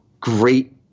great